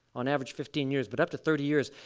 on average fifteen years but up to thirty years.